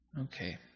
Okay